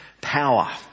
Power